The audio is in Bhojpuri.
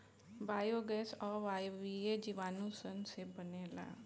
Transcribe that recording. बायोगैस अवायवीय जीवाणु सन से बनेला